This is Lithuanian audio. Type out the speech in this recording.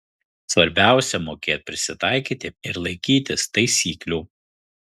svarbiausia mokėt prisitaikyti ir laikytis taisyklių